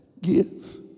give